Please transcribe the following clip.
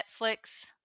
Netflix